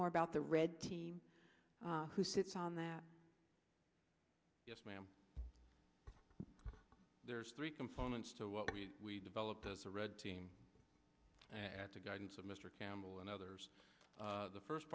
more about the red team who sits on that yes ma'am there's three components to what we developed as a red team at the guidance of mr campbell and others the first